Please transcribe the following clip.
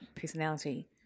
personality